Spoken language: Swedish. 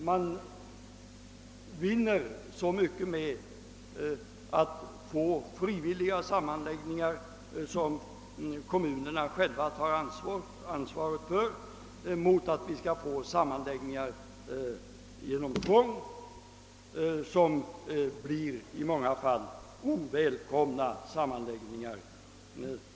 Man vinner så mycket genom frivilliga sammanläggningar, för vilka kommunerna själva tar ansvaret, i jämförelse med sammanläggningar genom tvång, vilka i många fall blir ovälkomna.